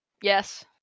Yes